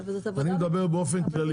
אני מדבר באופן כללי.